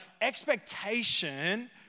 expectation